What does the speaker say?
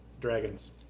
dragons